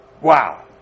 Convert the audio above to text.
Wow